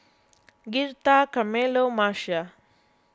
Girtha Carmelo Marcia